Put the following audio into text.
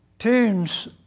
Tunes